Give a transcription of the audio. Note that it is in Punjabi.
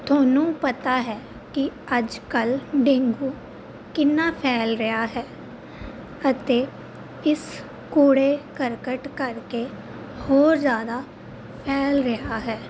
ਤੁਹਾਨੂੰ ਪਤਾ ਹੈ ਕਿ ਅੱਜ ਕੱਲ੍ਹ ਡੇਂਗੂ ਕਿੰਨਾ ਫੈਲ ਰਿਹਾ ਹੈ ਅਤੇ ਇਸ ਕੂੜੇ ਕਰਕਟ ਕਰਕੇ ਹੋਰ ਜ਼ਿਆਦਾ ਫੈਲ ਰਿਹਾ ਹੈ